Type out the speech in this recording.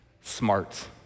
smart